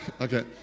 Okay